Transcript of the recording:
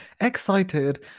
excited